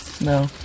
No